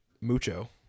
mucho